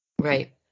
Right